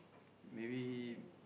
maybe